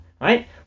right